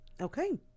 Okay